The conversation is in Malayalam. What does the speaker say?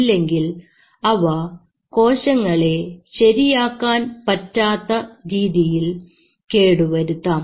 ഇല്ലെങ്കിൽ അവ കോശങ്ങളെ ശരിയാക്കാൻ പറ്റാത്ത രീതിയിൽ കേടുവരുത്താം